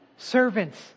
Servants